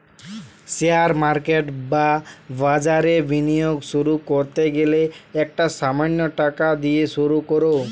share market বা বাজারে বিনিয়োগ শুরু করতে গেলে একটা সামান্য টাকা দিয়ে শুরু করো